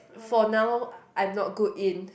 for now I'm not good in